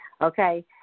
Okay